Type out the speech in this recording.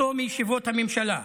מישיבות הממשלה.